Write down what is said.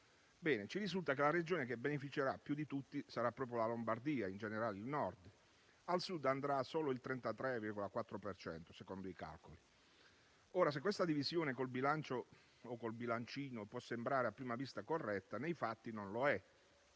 Ci risulta che la Regione che ne beneficerà più di tutti sarà proprio la Lombardia, in generale il Nord, e che al Sud andrà solo il 33,4 per cento, secondo i calcoli. Ora, se questa divisione con il bilancino può sembrare a prima vista corretta, nei fatti non lo è.